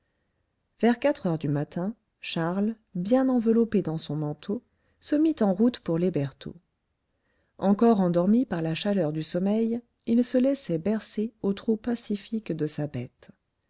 vers quatre heures du matin charles bien enveloppé dans son manteau se mit en route pour les bertaux encore endormi par la chaleur du sommeil il se laissait bercer au trot pacifique de sa bête